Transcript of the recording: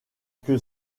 que